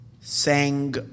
sang